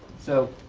so,